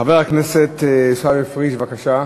חבר הכנסת עיסאווי פריג', בבקשה.